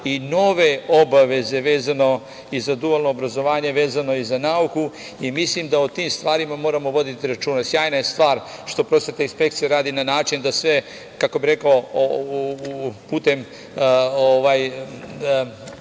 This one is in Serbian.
i nove obaveze vezano i za dualno obrazovanje, vezano i za nauku, mislim da o tom stvarima moramo voditi računa. Sjajna je stvar što prosvetna inspekcija radi na način da sve, kako bi rekao, putem